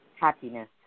happiness